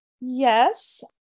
Yes